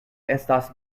estas